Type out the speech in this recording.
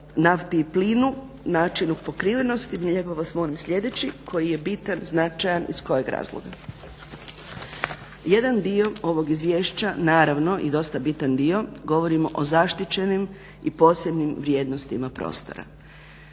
nafti i plinu, načinu pokrivenosti, lijepo vas molim sljedeći, koji je bitan, značajan iz kojeg razloga. Jedan dio ovog izvješća, naravno i dosta bitan dio, govorimo o zaštićenim i posebnim vrijednostima prostora.